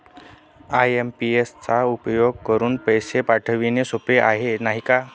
IMPS चा उपयोग करुन पैसे पाठवणे सोपे आहे, नाही का